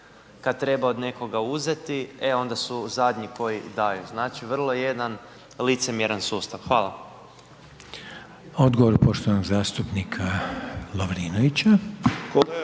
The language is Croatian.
kad treba od nekoga uzeti, e onda su zadnji koji daju, znači, vrlo jedan licemjeran sustav. Hvala. **Reiner, Željko (HDZ)** Odgovor poštovanog zastupnika Lovrinovića